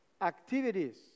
activities